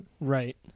Right